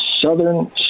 Southern